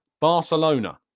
barcelona